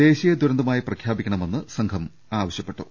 ദേശീയ ദുരന്തമായി പ്രഖ്യാപിക്കണമെന്ന് സംഘം ആ വശ്യപ്പെട്ടു